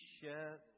share